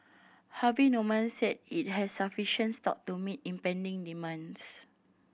Harvey Norman said it has sufficient stock to meet impending demands